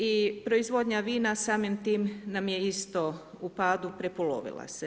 I proizvodnja vina, samim time nam je isto u padu, prepolovila se.